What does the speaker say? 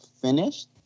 finished